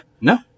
No